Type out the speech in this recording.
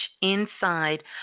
inside